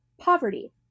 poverty